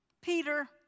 Peter